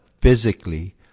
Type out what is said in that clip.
physically